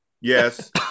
Yes